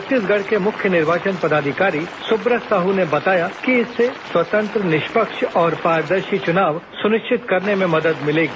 छत्तीसगढ़ के मुख्य निर्वाचन पदाधिकारी सुब्रत साहू ने बताया कि इससे स्वतंत्र निष्पक्ष और पारदर्शी चुनाव सुनिश्चित करने में मदद मिलेगी